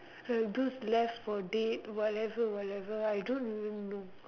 like those left-for-dead whatever whatever I don't even know